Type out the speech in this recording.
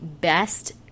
best